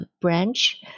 Branch